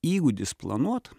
įgūdis planuot